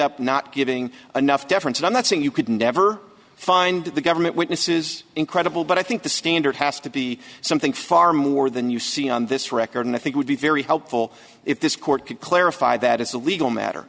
up not giving enough deference and i'm not saying you could never find the government witness is incredible but i think the standard has to be something far more than you see on this record and i think would be very helpful if this court could clarify that as a legal matter